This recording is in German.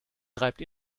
treibt